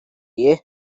year